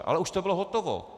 Ale už to bylo hotovo.